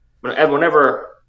whenever